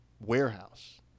warehouse